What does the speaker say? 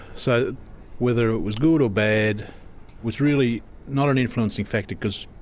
so whether it was good or bad was really not an influencing factor because,